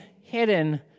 hidden